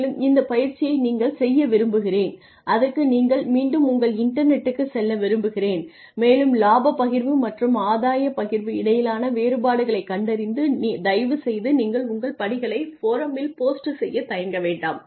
மேலும் இந்த பயிற்சியை நீங்கள் செய்ய விரும்புகிறேன் அதற்கு நீங்கள் மீண்டும் உங்கள் இன்டர்நெட்டுக்குச் செல்ல விரும்புகிறேன் மேலும் இலாப பகிர்வு மற்றும் ஆதாய பகிர்வுக்கு இடையிலான வேறுபாடுகளைக் கண்டறிந்து தயவுசெய்து நீங்கள் உங்கள் படிகளை ஃபோராம்மில் போஸ்ட் செய்யத் தயங்க வேண்டாம்